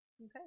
okay